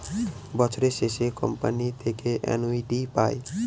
বছরের শেষে কোম্পানি থেকে অ্যানুইটি পায়